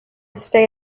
stay